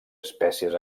espècies